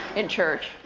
in church.